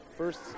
First